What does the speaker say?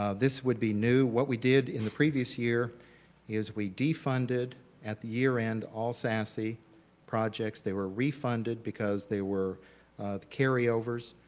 ah this would be new. what we did in the previous year is we defunded at the year end all sasi projects. they were refunded because they were the carryovers.